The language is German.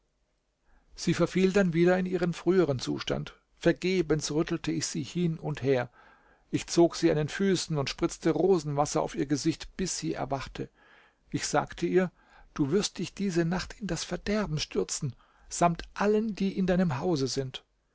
sie verfiel dann wieder in ihren früheren zustand vergebens rüttelte ich sie hin und her ich zog sie an den füßen und spritzte rosenwasser auf ihr gesicht bis sie erwachte ich sagte ihr du wirst dich diese nacht in das verderben stürzen samt allen die in deinem hause sind